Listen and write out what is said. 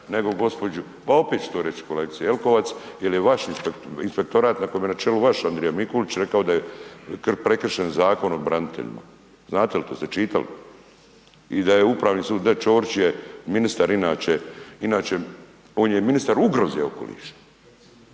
nego gospođu, pa opet ću to reći kolegice Jelkovac jer je vaš inspektorat, na kojem je na čelu vaš Andrija Mikulić rekao da je prekršen Zakon o braniteljima. Znate li to, jeste čitali? I da je Upravni sud, da Ćorić je ministar inače, inače on je ministar ugroze okoliša,